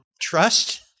trust